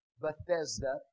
Bethesda